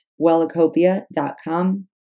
wellacopia.com